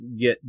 get